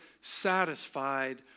satisfied